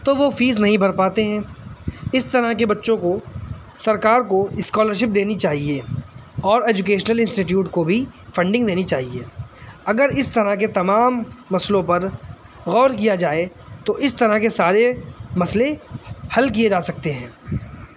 تو وہ فیس نہیں بھر پاتے ہیں اس طرح کے بچوں کو سرکار کو اسکالرشپ دینی چاہیے اور ایجوکیشنل انسٹی ٹیوٹ کو بھی فنڈنگ دینی چاہیے اگر اس طرح کے تمام مسئلوں پر غور کیا جائے تو اس طرح کے سارے مسئلے حل کیے جا سکتے ہیں